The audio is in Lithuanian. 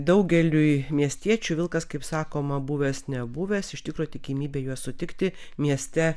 daugeliui miestiečių vilkas kaip sakoma buvęs nebuvęs iš tikro tikimybė juos sutikti mieste